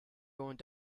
going